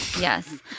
Yes